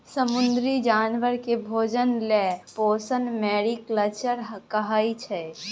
समुद्री जानबर केँ भोजन लेल पोसब मेरीकल्चर कहाइ छै